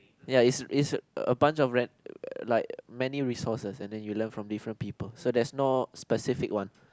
ya it's it's a bunch of ran~ like many resources and then you learn from different people so there's no specific one